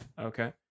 okay